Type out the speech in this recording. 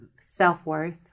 Self-worth